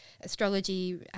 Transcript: astrology